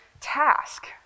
task